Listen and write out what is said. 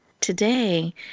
Today